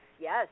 yes